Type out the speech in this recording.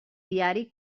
diari